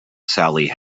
sally